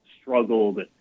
struggled